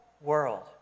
world